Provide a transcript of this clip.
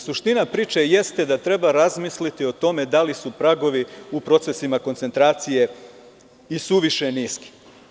Suština priče jeste da treba razmisliti o tome da li su pragovi u procesima koncentracije i suviše niski.